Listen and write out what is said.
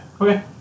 Okay